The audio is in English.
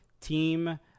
team